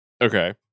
Okay